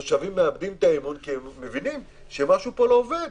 תושבים מאבדים את האמון כי הם מבינים שמשהו פה לא עובד.